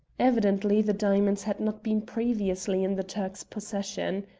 evidently the diamonds had not been previously in the turk's possession.